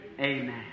Amen